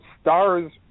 stars